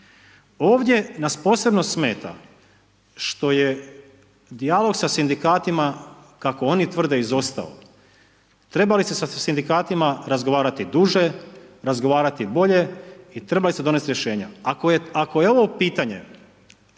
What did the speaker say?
Ovdje nas posebno smeta što je dijalog sa Sindikatima, kako oni tvrde izostao, trebali ste sa Sindikatima razgovarati duže, razgovarati bolje i trebali ste donesti rješenja. Ako je ovo pitanje